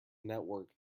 network